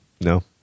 No